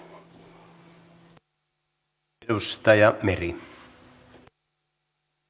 arvoisa herra puhemies